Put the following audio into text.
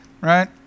right